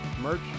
merch